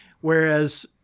Whereas